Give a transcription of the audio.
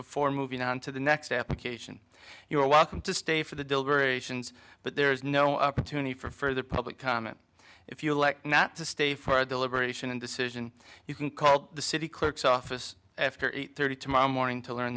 before moving on to the next application you are welcome to stay for the deliberations but there is no opportunity for further public comment if you elect not to stay for a deliberation and decision you can call the city clerk's office after eight thirty tomorrow morning to learn